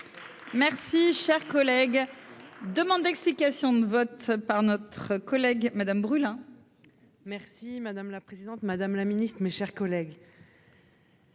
Merci cher collègue. Demande d'explications de vote. Par notre collègue Madame brûle hein. Merci madame la présidente Madame la Ministre, mes chers collègues.--